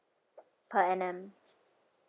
per annum